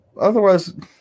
otherwise